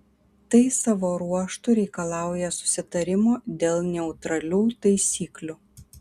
tai savo ruožtu reikalauja susitarimo dėl neutralių taisyklių